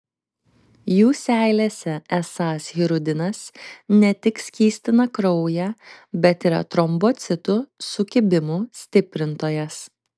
jų seilėse esąs hirudinas ne tik skystina kraują bet yra trombocitų sukibimų stiprintojas